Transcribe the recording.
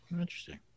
interesting